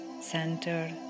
center